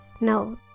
No